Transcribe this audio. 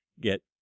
get